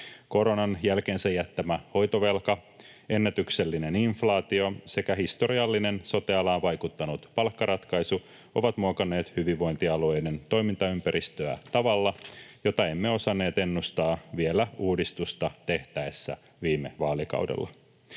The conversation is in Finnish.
Koronan jälkeensä jättämä hoitovelka, ennätyksellinen inflaatio sekä historiallinen sote-alaan vaikuttanut palkkaratkaisu ovat muokanneet hyvinvointialueiden toimintaympäristöä tavalla, jota emme osanneet ennustaa vielä uudistusta tehtäessä viime vaalikaudella.